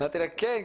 אמרתי לה: כן,